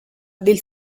del